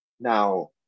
now